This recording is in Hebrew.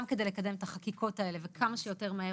גם כדי לקדם את החקיקות האלה וכמה שיותר מהר